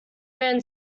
man